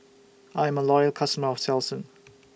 I'm A Loyal customer of Selsun